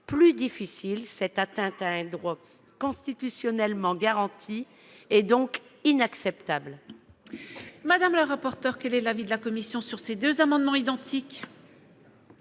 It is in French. plus difficile, une telle atteinte à un droit constitutionnellement garanti est inacceptable.